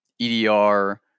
EDR